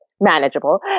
manageable